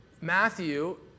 Matthew